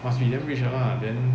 must be damn rich 的 lah then